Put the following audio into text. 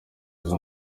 izo